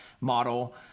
model